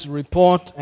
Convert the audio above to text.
report